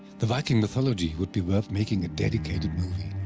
the viking mythology would be worth making a dedicated movie.